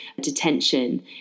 detention